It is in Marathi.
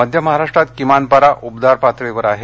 मध्य महाराष्ट्रात किमान पारा उबदार पातळीवर आहे